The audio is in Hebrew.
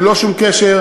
ללא שום קשר,